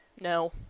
No